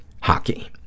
hockey